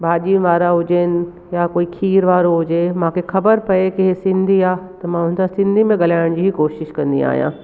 भाॼी वारा हुजनि या कोई खीर वारो हुजे मूंखे ख़बर पए की इहो सिंधी आहे त मां हुन सां सिंधी में ॻाल्हाइण जी कोशिश कंदी आहियां